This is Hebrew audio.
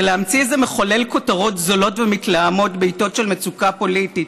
זה להמציא איזה מחולל כותרות זולות ומתלהמות בעיתות של מצוקה פוליטית,